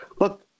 Look